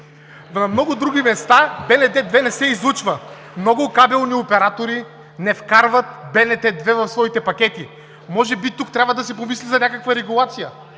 На много други места БНТ 2 не се излъчва. Много кабелни оператори не вкарват БНТ 2 в своите пътеки. Може би тук трябва да се помисли за някаква регулация.